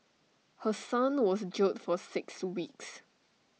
her son was jailed for six weeks